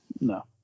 no